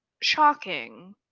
shocking